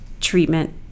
treatment